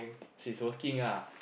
she's working ah